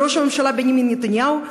וראש הממשלה בנימין נתניהו,